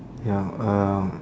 ya uh